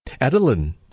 Adeline